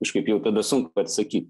kažkaip jau tada sunku atsakyt